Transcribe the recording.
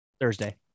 Thursday